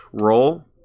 roll